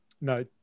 no